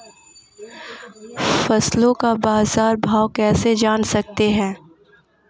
फसलों का बाज़ार भाव कैसे जान सकते हैं?